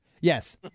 Yes